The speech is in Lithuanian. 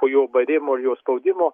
po jo barimo ir jo spaudimo